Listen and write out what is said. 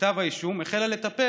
לכתב האישום, היא החלה לטפל